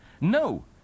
No